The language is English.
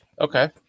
okay